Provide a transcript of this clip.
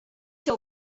się